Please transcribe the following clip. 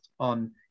on